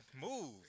move